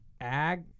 ag